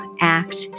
act